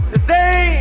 Today